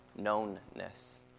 knownness